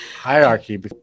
hierarchy